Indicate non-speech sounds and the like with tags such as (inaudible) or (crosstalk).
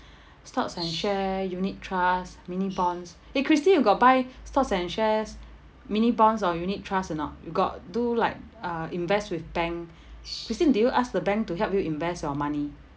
(breath) stocks and share unit trust mini bonds eh christine you got buy stock and shares mini bonds or unit trust or not you got do like uh invest with bank christine do you ask the bank to help you invest your money